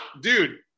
dude